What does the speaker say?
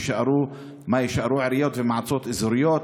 מה יישארו עיריות ומה מועצות אזוריות?